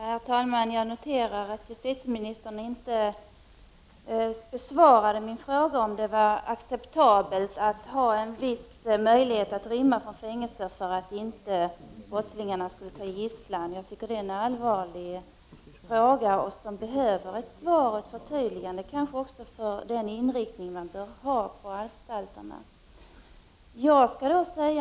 Herr talman! Jag noterar att justitieministern inte besvarade min fråga huruvida man skall acceptera en viss möjlighet för brottslingar att rymma från fängelse för att undvika att brottslingar i stället tar gisslan. Jag tycker att detta är en allvarlig fråga, som behöver ett svar och ett förtydligande, också vad gäller vilken inriktning man bör ha på anstalterna.